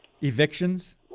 evictions